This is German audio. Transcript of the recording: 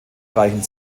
reichen